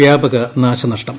വ്യാപക നാശനഷ്ടം